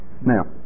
Now